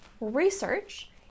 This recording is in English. research